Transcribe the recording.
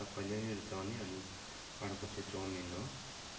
सबैले रुचाउने अनि अर्को चाहिँ चाउमिन हो